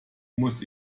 muss